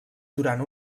durant